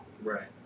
Right